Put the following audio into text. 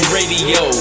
Radio